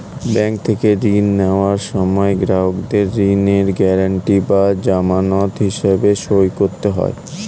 bank থেকে ঋণ নেওয়ার সময় গ্রাহকদের ঋণের গ্যারান্টি বা জামানত হিসেবে সই করতে হয়